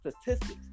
statistics